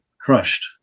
crushed